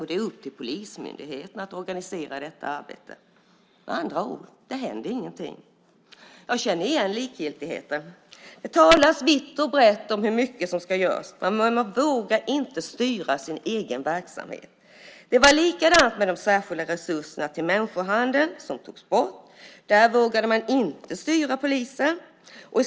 Det är upp till polismyndigheterna att organisera detta arbete. Med andra ord händer det inget. Jag känner igen likgiltigheten. Det talas vitt och brett om hur mycket som ska göras, men man vågar inte styra sin egen verksamhet. Det var likadant med de särskilda resurserna till människohandel som togs bort. Där vågade man inte styra polisen.